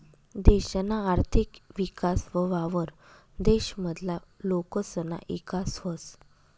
देशना आर्थिक विकास व्हवावर देश मधला लोकसना ईकास व्हस